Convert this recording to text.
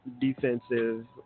defensive